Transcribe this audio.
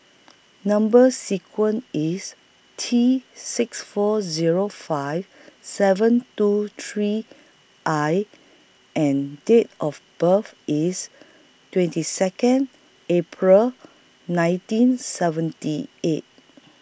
Number sequence IS T six four Zero five seven two three I and Date of birth IS twenty Second April nineteen seventy eight